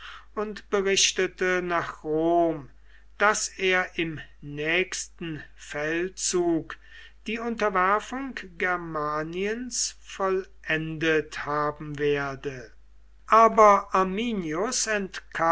und berichtete nach rom daß er im nächsten feldzug die unterwerfung germaniens vollendet haben werde aber arminius